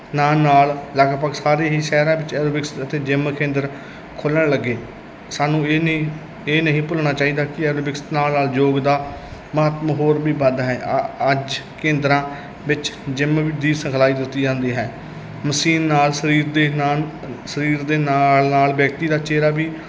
ਨਾਲ ਨਾਲ ਲਗਭਗ ਸਾਰੇ ਹੀ ਸ਼ਹਿਰਾਂ ਵਿੱਚ ਐਰੋਬਿਕਸ ਅਤੇ ਜਿੰਮ ਕੇਂਦਰ ਖੁੱਲ੍ਹਣ ਲੱਗੇ ਸਾਨੂੰ ਇਹ ਨਹੀਂ ਇਹ ਨਹੀਂ ਭੁੱਲਣਾ ਚਾਹੀਦਾ ਕਿ ਐਰੋਬਿਕਸ ਨਾਲ ਨਾਲ ਯੋਗ ਦਾ ਮਹੱਤਵ ਹੋਰ ਵੀ ਵੱਧ ਹੈ ਅੱ ਅੱਜ ਕੇਂਦਰਾਂ ਵਿੱਚ ਜਿੰਮ ਦੀ ਸਿਖਲਾਈ ਦਿੱਤੀ ਜਾਂਦੀ ਹੈ ਮਸ਼ੀਨ ਨਾਲ ਸਰੀਰ ਦੇ ਨਾਲ ਸਰੀਰ ਦੇ ਨਾਲ ਨਾਲ ਵਿਅਕਤੀ ਦਾ ਚਿਹਰਾ ਵੀ